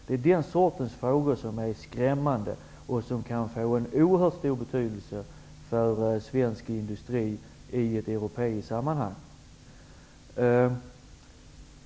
Det är den sortens frågor som är skrämmande och som kan få oerhört stor betydelse för svensk industri i ett europeiskt sammanhang.